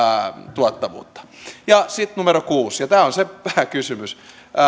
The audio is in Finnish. tuottavuutta sitten numero kuusi ja tämä on se pääkysymys